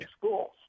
schools